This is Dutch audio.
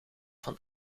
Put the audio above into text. van